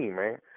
man